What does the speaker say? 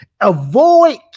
avoid